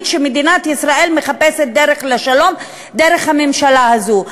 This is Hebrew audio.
שמדינת ישראל מחפשת דרך לשלום דרך הממשלה הזאת,